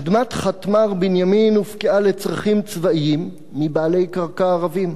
אדמת חטמ"ר בנימין הופקעה לצרכים צבאיים מבעלי קרקע ערבים.